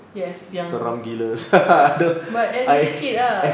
yes yang but as a kid ah